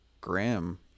grim